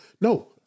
No